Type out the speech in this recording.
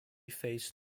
face